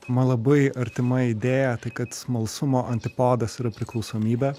man labai artima idėja tai kad smalsumo antipodas yra priklausomybė